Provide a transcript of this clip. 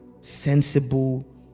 sensible